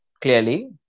clearly